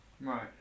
right